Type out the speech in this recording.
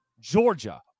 Georgia